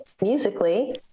musically